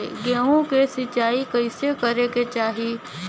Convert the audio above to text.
गेहूँ के सिंचाई कइसे करे के चाही?